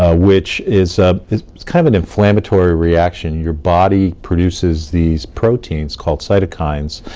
ah which is ah is kind of an inflammatory reaction, your body produces these proteins called cytokines,